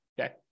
Okay